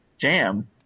jam